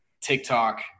TikTok